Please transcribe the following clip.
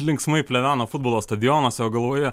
linksmai pleveno futbolo stadionas o galvoje